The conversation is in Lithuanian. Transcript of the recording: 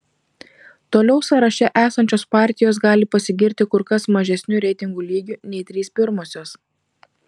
toliau sąraše esančios partijos gali pasigirti kur kas mažesniu reitingų lygiu nei trys pirmosios